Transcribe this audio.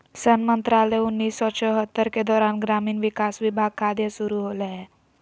सन मंत्रालय उन्नीस सौ चैह्त्तर के दौरान ग्रामीण विकास विभाग खाद्य शुरू होलैय हइ